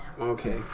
Okay